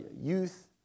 youth